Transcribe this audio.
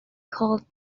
called